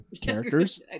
characters